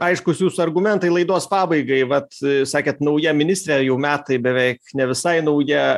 aiškūs jūsų argumentai laidos pabaigai vat sakėt nauja ministrė jau metai beveik ne visai nauja